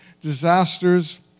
disasters